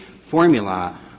formula